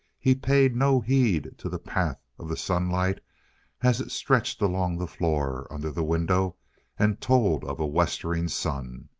he paid no heed to the path of the sunlight as it stretched along the floor under the window and told of a westering sun.